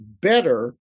better